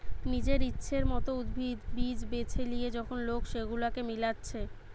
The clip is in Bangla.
নিজের ইচ্ছের মত উদ্ভিদ, বীজ বেছে লিয়ে যখন লোক সেগুলাকে মিলাচ্ছে